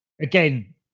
Again